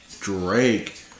Drake